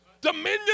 Dominion